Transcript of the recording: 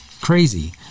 Crazy